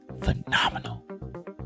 phenomenal